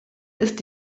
ist